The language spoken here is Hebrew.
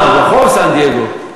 ברחוב סן-דייגו.